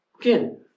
Again